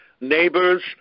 neighbors